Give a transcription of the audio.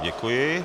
Děkuji.